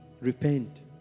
repent